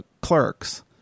clerks